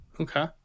Okay